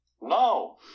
No